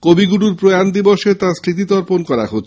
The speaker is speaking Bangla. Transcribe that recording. কবিগুরুর প্রয়াণ দিবসে তাঁর স্মৃতি তর্পণ করা হচ্ছে